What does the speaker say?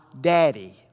Daddy